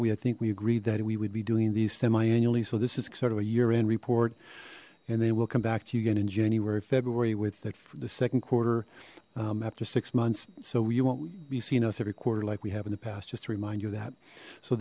we i think we agreed that we would be doing these semi annually so this is sort of a year end report and then we'll come back to you again and january february with that for the second quarter after six months so you won't be seeing us every quarter like we have in the past just to remind you that so